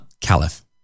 Caliph